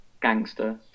gangster